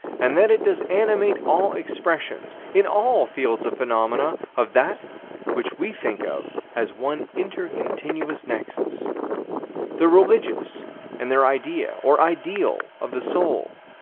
and that it does animate all expressions, in all fields of phenomena, of that which we think of as one inter-continuous nexus the religious and their idea or ideal of the soul.